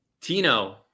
Tino